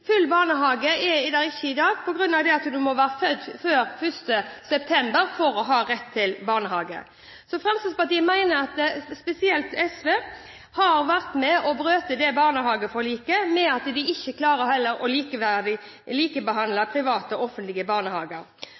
Full barnehagedekning er det ikke i dag på grunn av at du må være født før 1. september for å ha rett til barnehageplass. Fremskrittspartiet mener at spesielt SV har vært med på å bryte barnehageforliket ved at de ikke klarer å likebehandle private og offentlige barnehager.